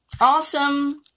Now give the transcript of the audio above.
Awesome